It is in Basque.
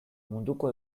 munduko